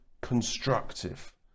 constructive